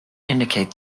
indicate